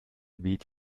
weht